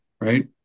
Right